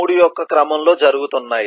3 యొక్క క్రమంలో జరుగుతున్నాయి